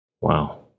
Wow